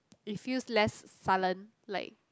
it feels less sullen like